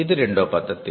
ఇది రెండో పద్ధతి